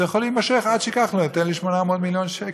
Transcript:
זה יכול להימשך עד שכחלון ייתן לי 800 מיליון שקל.